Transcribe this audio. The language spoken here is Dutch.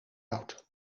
oud